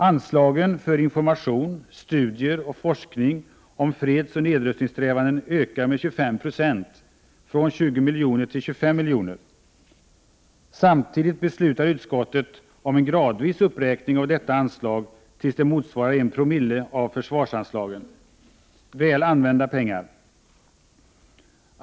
Anslagen för information, studier och forskning om fredsoch nedrustningssträvanden ökar med 25 96 — från 20 miljoner till 25 miljoner. Samtidigt beslutar utskottet om en gradvis uppräkning av detta anslag tills det motsvarar en promille av försvarsanslaget — väl använda pengar.